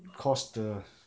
because the